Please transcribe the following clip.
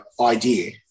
idea